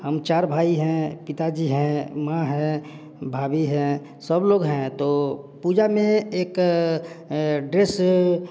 हम चार भाई हैं पिताजी हैं माँ हैं भाभी हैं सब लोग हैं तो पूजा में एक ड्रेस